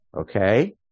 Okay